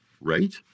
right